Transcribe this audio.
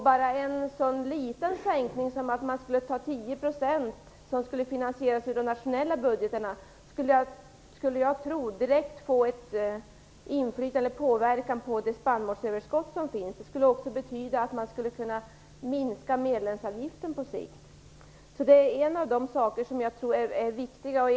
Bara så litet som 10 % sänkning, finansierad över de nationella budgetarna, tror jag får inflytande på - eller påverkar - det spannmålsöverskott som finns. Det skulle också betyda att medlemsavgiften på sikt skulle kunna minskas. Det är en av de saker som jag tror är viktiga.